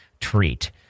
treat